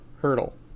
hurdle